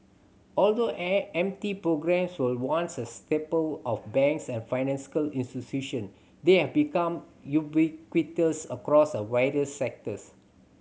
although M T programmes were once a staple of banks and financial institution they are become ubiquitous across a various sectors